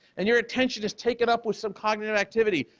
and your attention is taken up with some cognitive activity.